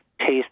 taste